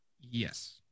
Yes